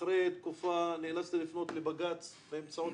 אחרי תקופה נאלצתי לפנות לבג"ץ באמצעות